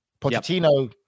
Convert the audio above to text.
Pochettino